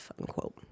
unquote